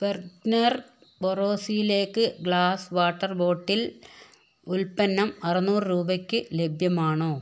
Bergner ബോറോസിലേക്ക് glass water bottle ഉൽപ്പന്നം അറുന്നൂറ് രൂപയ്ക്ക് ലഭ്യമാണോ